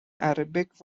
arabic